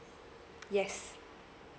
yes